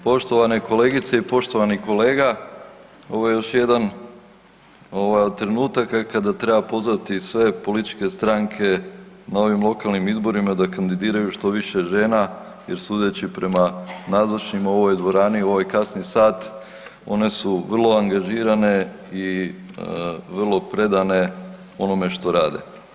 poštovane kolegice i poštovani kolega ovo je još jedan ovaj od trenutaka kada treba pozvati sve političke stranke na ovim lokalnim izborima da kandidiraju što više žena jer sudeći prema nazočnima u ovoj dvorani u ovaj kasni sat one su vrlo angažirane i vrlo predane onome što rade.